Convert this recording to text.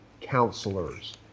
counselors